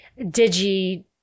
Digi